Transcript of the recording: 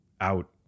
out